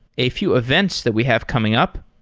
a few events that we have coming up,